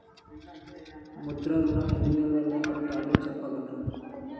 ముద్ర ఋణం ఎన్ని నెలల్లో కట్టలో చెప్పగలరా?